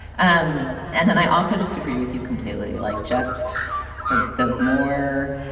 um and then i also just agree with you completely like just the the more.